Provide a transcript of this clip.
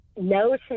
no